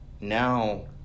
now